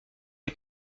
est